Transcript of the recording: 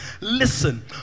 Listen